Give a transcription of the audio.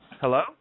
Hello